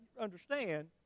understand